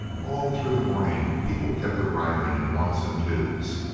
all through the morning people kept arriving in ones and twos.